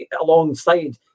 alongside